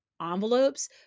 envelopes